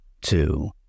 two